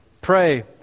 pray